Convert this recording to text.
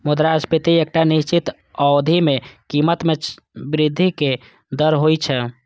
मुद्रास्फीति एकटा निश्चित अवधि मे कीमत मे वृद्धिक दर होइ छै